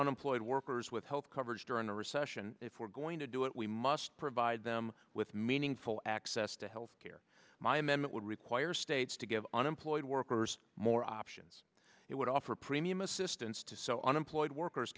unemployed workers with health coverage during a recession if we're going to do it we must provide them with meaningful access to health care my amendment would require states to give unemployed workers more options it would offer premium assistance to so unemployed workers